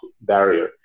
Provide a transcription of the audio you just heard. barrier